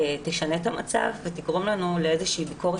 תשנה את המצב ותגרום לנו לאיזושהי ביקורת